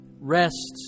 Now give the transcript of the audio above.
rests